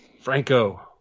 Franco